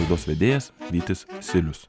laidos vedėjas vytis silius